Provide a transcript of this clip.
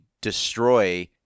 destroy